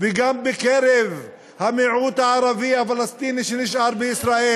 וגם בקרב המיעוט הערבי הפלסטיני שנשאר בישראל,